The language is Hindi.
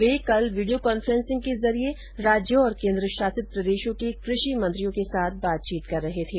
वे कल वीडियो कांफ्रेंस के जरिये राज्यों और केन्द्रशासित प्रदेशों के कृषि मंत्रियों के साथ बातचीत कर रहे थे